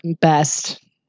best